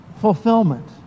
fulfillment